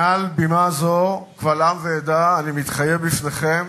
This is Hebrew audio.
מעל בימה זו, קבל עם ועדה: אני מתחייב בפניכם